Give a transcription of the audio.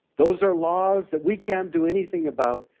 those are laws that we can't do anything about,